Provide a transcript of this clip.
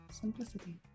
Simplicity